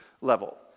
level